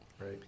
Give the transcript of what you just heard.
Right